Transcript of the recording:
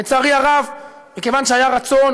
לצערי הרב, מכיוון שהיה רצון